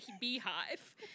beehive